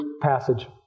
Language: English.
passage